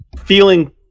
feeling